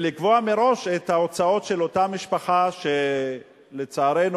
ולקבוע מראש את ההוצאות של אותה משפחה, שלצערנו,